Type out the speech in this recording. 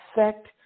affect